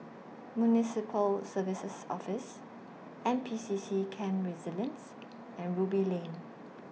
Municipal Services Office N P C C Camp Resilience and Ruby Lane